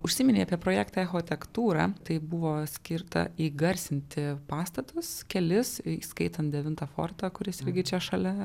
užsiminei apie projektą echotektūrą tai buvo skirta įgarsinti pastatus kelis įskaitant devintą fortą kuris irgi čia šalia